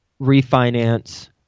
refinance